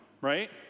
right